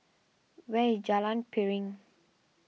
where is Jalan Piring